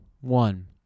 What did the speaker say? one